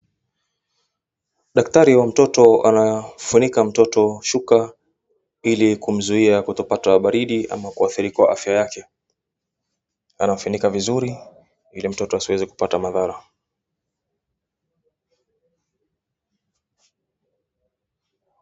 Daktari wa mtoto anafunika mtoto shuka ili kumzuia kutopata baridi ama kuadhiri kwa afya yake. Anamfunika vizuri, ili mtoto asiweze kupata madhara.